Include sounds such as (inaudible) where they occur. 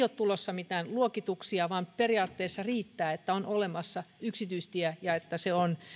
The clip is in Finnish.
(unintelligible) ole tulossa mitään luokituksia vaan periaatteessa riittää että on olemassa yksityistie ja että se on